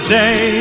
day